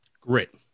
Grit